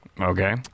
Okay